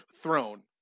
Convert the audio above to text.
throne